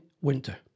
winter